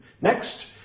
Next